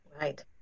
Right